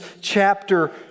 chapter